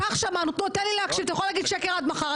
אתה יכול להגיד שקר עד מחר,